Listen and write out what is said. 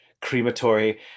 crematory